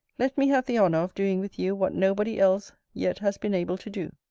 let me have the honour of doing with you what no body else yet has been able to do.